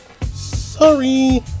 sorry